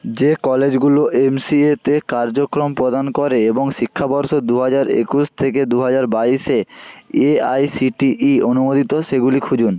যে কলেজগুলো M C A তে কার্যক্রম প্রদান করে এবং শিক্ষাবর্ষ দু হাজার একুশ থেকে দু হাজার বাইশে A I C T E অনুমোদিত সেগুলি খুঁজুন